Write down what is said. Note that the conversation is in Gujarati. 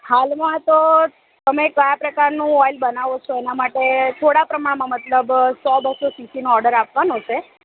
હાલમાં તો તમે કયા પ્રકારનું ઓઈલ બનાવો છો એના માટે થોડા પ્રમાણમાં મતલબ સો બસો શીશીનો ઓર્ડર આપવાનો છે